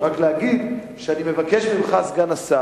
אז לכן אני רוצה רק להגיד שאני מבקש ממך, סגן השר,